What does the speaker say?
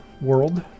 world